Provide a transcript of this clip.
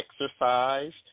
exercised